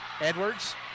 Edwards